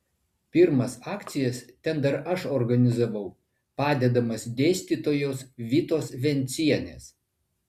pirmas akcijas ten dar aš organizavau padedamas dėstytojos vitos vencienės